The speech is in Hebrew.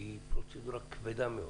היא פרוצדורה כבדה מאוד.